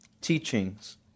teachings